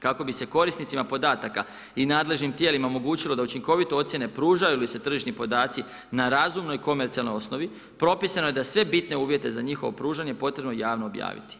Kako bi se korisnicima podataka i nadležnim tijelima omogućilo da učinkovito ocjene pružaju li se tržišni podaci na razumnoj i komercijalnoj osnovi propisano je da sve bitne uvjete za njihovo pružanje potrebno javno objaviti.